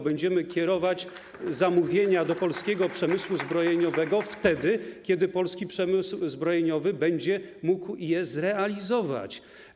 Będziemy kierować zamówienia do polskiego przemysłu zbrojeniowego wtedy, kiedy polski przemysł zbrojeniowy będzie mógł je zrealizować.